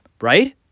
Right